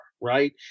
right